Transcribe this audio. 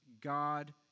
God